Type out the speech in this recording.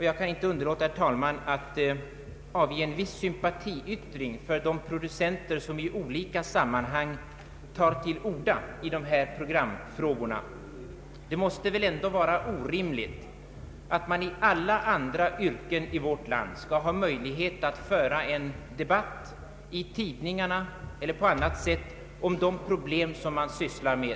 Jag kan inte underlåta, herr talman, att avge en viss sympatiyttring för de producenter som i olika sammanhang tar till orda i dessa programfrågor. I alla andra yrken i vårt land har man möjlighet att föra en debatt i tidningarna eller på annat sätt om de problem som man sysslar med.